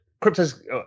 crypto's